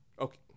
Okay